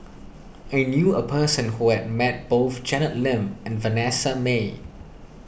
I knew a person who has met both Janet Lim and Vanessa Mae